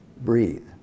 breathe